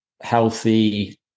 healthy